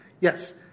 yes